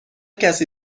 کسی